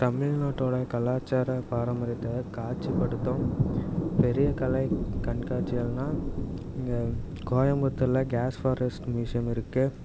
தமிழ்நாட்டோட கலாச்சார பரம்பரியத்தை காட்சிபடுத்தும் பெரிய கலை கண்காட்சிகள்னா இங்கே கோயம்புத்தூரில் கேஸ் ஃபாரெஸ்ட் ம்யூசியம் இருக்கு